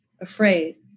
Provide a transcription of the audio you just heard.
afraid